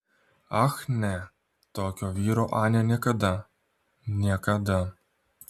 ach ne tokio vyro anė niekada niekada